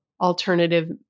alternative